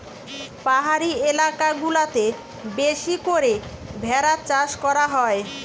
পাহাড়ি এলাকা গুলাতে বেশি করে ভেড়ার চাষ করা হয়